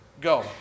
Go